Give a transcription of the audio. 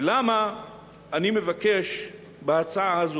ולמה אני מבקש בהצעה הזאת,